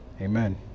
Amen